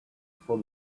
for